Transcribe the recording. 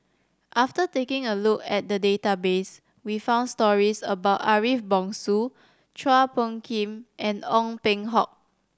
after taking a look at the database we found stories about Ariff Bongso Chua Phung Kim and Ong Ting Hock